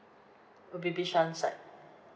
it'll be bishan side